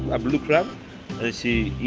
a blue crab and she